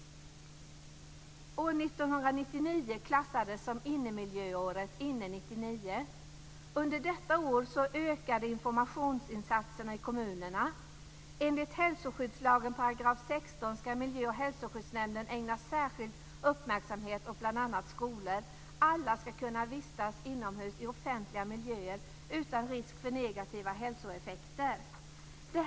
År 1999 klassades som innemiljöåret, Inne 99. Under detta år ökade informationsinsatserna i kommunerna. Enligt hälsoskyddslagen, § 16, ska miljö och hälsoskyddsnämnden ägna särskild uppmärksamhet åt bl.a. skolor. Alla ska kunna vistas inomhus i offentliga miljöer utan risk för negativa hälsoeffekter.